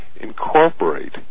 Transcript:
incorporate